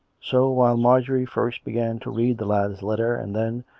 so, while marjorie first began to read the lad's letter, and then,